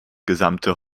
gesamte